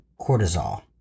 cortisol